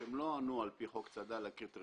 שהם לא ענו על פי חוק צד"ל לקריטריונים,